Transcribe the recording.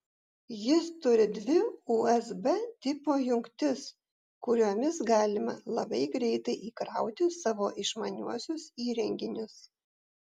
jis turi dvi usb tipo jungtis kuriomis galima labai greitai įkrauti savo išmaniuosius įrenginius